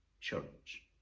Church